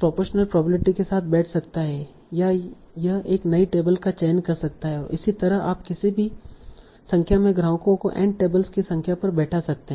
proportional probability के साथ बैठ सकता है या यह एक नई टेबल का चयन कर सकता है और इसी तरह आप किसी भी संख्या में ग्राहकों को n टेबल्स की संख्या पर बैठा सकते हैं